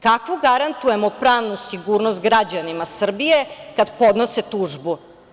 Kakvu garantujemo pravnu sigurnost građanima Srbije kad podnose tužbu?